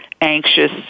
anxious